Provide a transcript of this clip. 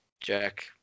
Jack